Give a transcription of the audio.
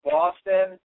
Boston